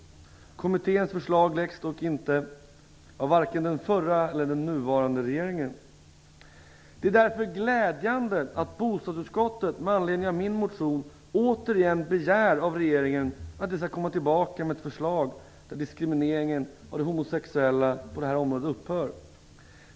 Kommitténs förslag har dock inte lagts fram av vare sig den förra eller den nuvarande regeringen. Det är därför glädjande att bostadsutskottet med anledning av min motion återigen begär av regeringen att den skall komma tillbaka med ett förslag som innebär att diskrimineringen av de homosexuella på detta område upphör.